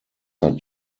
hat